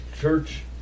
church